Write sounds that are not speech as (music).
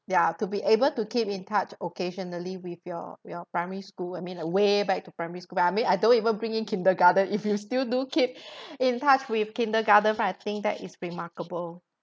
ya to be able to keep in touch occasionally with your with your primary school I mean way back to primary school I mean I don't even bring in kindergarten if you still do keep (breath) in touch with kindergarten right I think that is remarkable